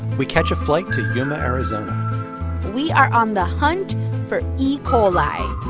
we catch a flight to yuma, ariz and we are on the hunt for e. coli